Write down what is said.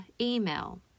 email